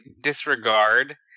disregard